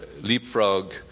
leapfrog